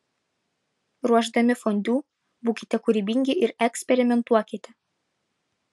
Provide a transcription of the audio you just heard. ruošdami fondiu būkite kūrybingi ir eksperimentuokite